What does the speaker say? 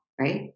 right